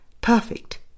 Perfect